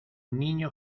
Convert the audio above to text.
niño